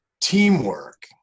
teamwork